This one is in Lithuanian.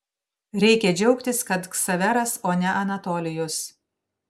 reikia džiaugtis kad ksaveras o ne anatolijus